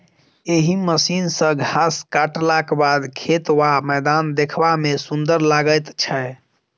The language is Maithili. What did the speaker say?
एहि मशीन सॅ घास काटलाक बाद खेत वा मैदान देखबा मे सुंदर लागैत छै